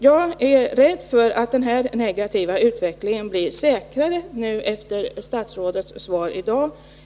Jag är rädd för att denna negativa utveckling blir säkrare nu efter statsrådets svar i dag.